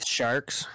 Sharks